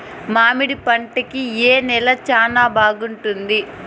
మామిడి పంట కి ఏ నేల చానా బాగుంటుంది